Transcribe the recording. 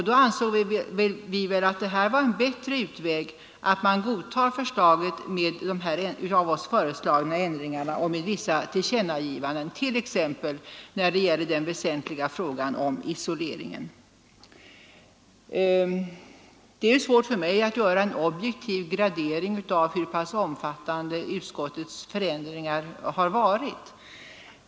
Vi ansåg att det var en bättre utväg att godta förslaget med de av oss föreslagna ändringarna och med vissa tillkännagivanden, t.ex. när det gäller den väsentliga frågan om isoleringen. Det är svårt för mig att göra en objektiv gradering av hur omfattande utskottets förändringar har varit.